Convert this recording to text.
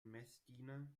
messdiener